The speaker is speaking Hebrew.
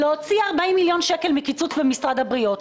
להוציא 40 מיליון שקלים מקיצוץ במשרד הבריאות,